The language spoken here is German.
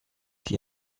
sie